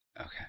Okay